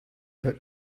but